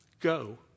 Go